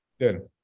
Good